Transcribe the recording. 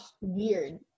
weird